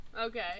Okay